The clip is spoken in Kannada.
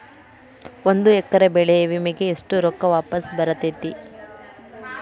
ಒಂದು ಎಕರೆ ಬೆಳೆ ವಿಮೆಗೆ ಎಷ್ಟ ರೊಕ್ಕ ವಾಪಸ್ ಬರತೇತಿ?